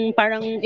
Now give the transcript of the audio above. parang